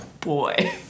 Boy